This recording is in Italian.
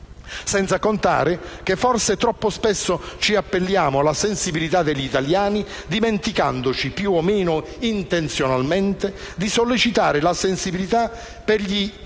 Senza contare che forse troppo spesso ci appelliamo alla sensibilità degli italiani, dimenticandoci, più o meno intenzionalmente, di sollecitare la sensibilità per gli oscuri